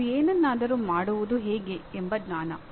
ಅದು ಏನನ್ನಾದರೂ ಮಾಡುವುದು ಹೇಗೆ ಎಂಬ ಜ್ಞಾನ